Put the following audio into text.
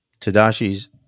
Tadashi's